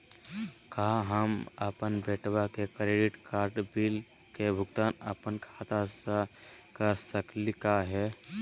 का हम अपन बेटवा के क्रेडिट कार्ड बिल के भुगतान अपन खाता स कर सकली का हे?